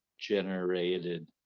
generated